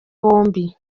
bombi